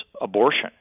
abortion